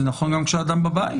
זה נכון גם כשהאדם בבית.